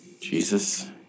Jesus